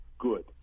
good